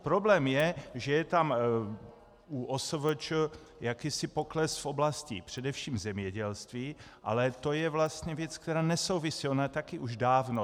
Problém je, že je tam u OSVČ jakýsi pokles v oblasti především zemědělství, ale to je vlastně věc, která nesouvisí, ona je tam taky už dávno.